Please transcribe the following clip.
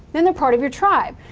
then they're part of your tribe,